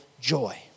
joy